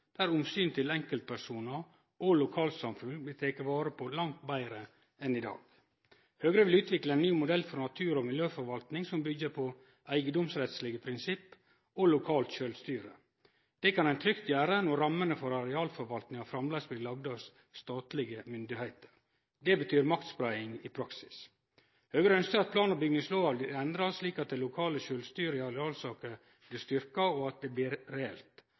der omsynet til enkeltpersonar og lokalsamfunn blir teke vare på langt betre enn i dag. Høgre vil utvikle ein ny modell for natur- og miljøforvaltning som byggjer på eigedomsrettslege prinsipp og lokalt sjølvstyre. Det kan ein trygt gjere når rammene for arealforvaltninga framleis blir lagde av statlege styresmakter. Det betyr maktspreiing i praksis. Høgre ønskjer at plan- og bygningslova blir endra slik at det lokale sjølvstyret i arealsaker blir styrkt, og at det blir reelt.